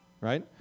right